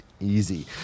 easy